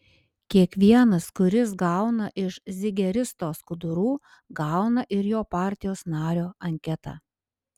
kiekvienas kuris gauna iš zigeristo skudurų gauna ir jo partijos nario anketą